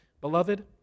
Beloved